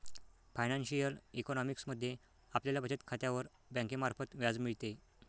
financial economics मध्ये आपल्याला बचत खात्यावर बँकेमार्फत व्याज मिळते